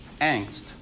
angst